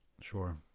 Sure